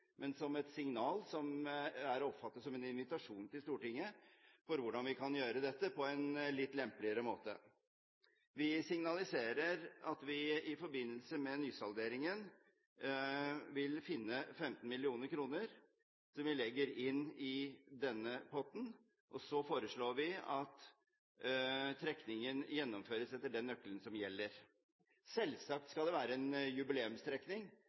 men som et signal som er å oppfatte som en invitasjon til Stortinget for hvordan vi kan gjøre dette på en litt lempeligere måte. Vi signaliserer at vi i forbindelse med nysalderingen vil finne 15 mill. kr som vi legger inn i denne potten, og så foreslår vi at trekningen gjennomføres etter den nøkkelen som gjelder. Selvsagt skal det være en jubileumstrekning,